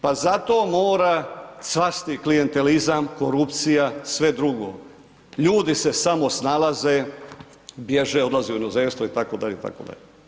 Pa zato mora cvasti klijentelizam, korupcija, sve drugo, ljudi se samo snalaze, bježe, odlaze u inozemstvo itd., itd.